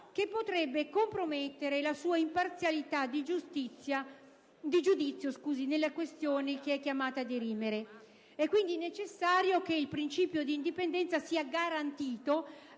che potrebbe compromettere la sua imparzialità dì giudizio nelle questioni che è chiamata a dirimere. È quindi necessario che il principio di indipendenza sia garantito